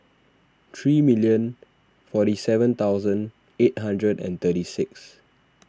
three million forty seven thousand eight hundred and thirty six